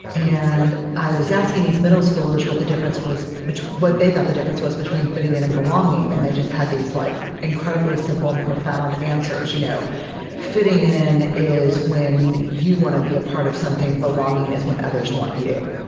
and i was asking these middle schoolers what the difference was but what they thought the difference was between fitting in and belonging. and they just had these like incredibly simple and profound answers you know fitting in is when you want to be a part of something. belonging is when others want you.